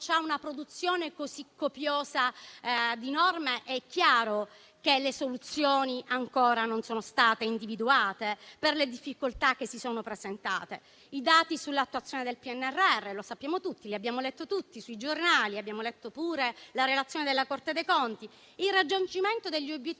c'è una produzione così copiosa di norme, è chiaro che le soluzioni ancora non sono state individuate, per le difficoltà che si sono presentate. I dati sull'attuazione del PNRR li conosciamo tutti e li abbiamo letti tutti sui giornali; abbiamo letto pure la relazione della Corte dei conti. Il raggiungimento degli